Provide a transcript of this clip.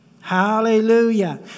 Hallelujah